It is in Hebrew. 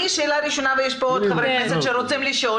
שאלה ראשונה ויש פה עוד חברי כנסת שרוצים לשאול